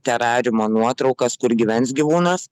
terariumo nuotraukas kur gyvens gyvūnas